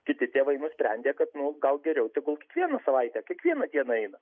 kiti tėvai nusprendė kad nu gal geriau tegul kiekvieną savaitę kiekvieną dieną eina